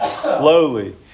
slowly